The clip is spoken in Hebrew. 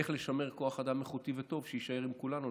איך לשמר כוח אדם איכותי וטוב שיישאר עם כולנו,